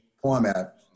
format